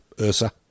Ursa